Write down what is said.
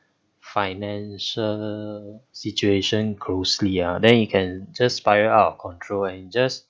financial situation closely ah then you can just spiral out of control and you just